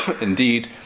indeed